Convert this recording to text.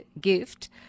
gift